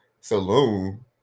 Saloon